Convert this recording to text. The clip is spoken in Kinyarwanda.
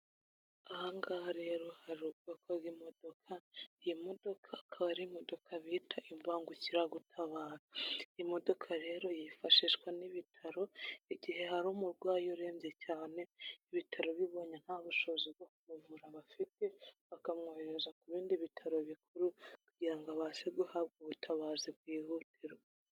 Aha ngaha rero hari ubwoko bw' imodoka, iyi modoka akaba ari imodoka bita imbangukiragutabara. Iyi modoka rero yifashishwa n'ibitaro igihe hari umurwayi urembye cyane ibitaro bibonye nta bushobozi bwo kumuvura bafite, bakamwohereza ku bindi bitaro bikuru kugira ngo abashe guhabwa ubutabazi bwihutirwa.